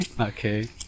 Okay